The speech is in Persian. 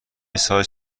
سایز